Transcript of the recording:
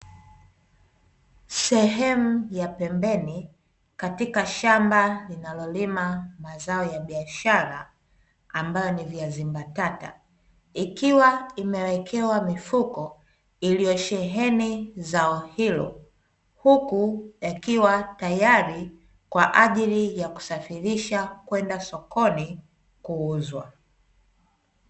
Sehemu ya pembeni, katika shamba linalolima mazao ya biashara ambayo ni viazi mbatata, ikiwa imewekewa mifuko iliyosheheni zao hilo huku yakiwa tayari kwa kusafirishwa kwenda sokoni kuuzwa.